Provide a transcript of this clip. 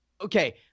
okay